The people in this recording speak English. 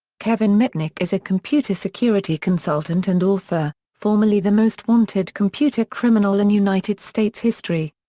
kevin mitnick is a computer security consultant and author, formerly the most wanted computer criminal in united states history.